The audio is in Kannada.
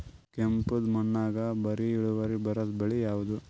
ಕೆಂಪುದ ಮಣ್ಣಾಗ ಭಾರಿ ಇಳುವರಿ ಬರಾದ ಬೆಳಿ ಯಾವುದು?